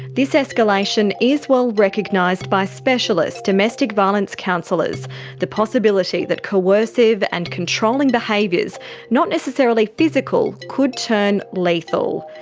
this escalation is well recognised by specialist domestic violence counsellors the possibility that coercive and controlling behaviours, not necessarily physical, could turn lethal.